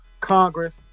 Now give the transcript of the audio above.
Congress